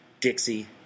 Dixie